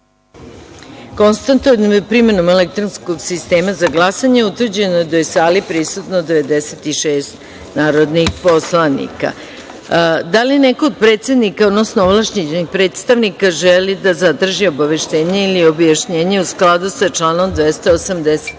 da je, primenom elektronskog sistema za glasanje, utvrđeno da je u sali prisutno 96 narodnih poslanika. Da li neko od predsednika, odnosno ovlašćenih predstavnika poslaničkih grupa želi da zatraži obaveštenje ili objašnjenje u skladu sa članom 287.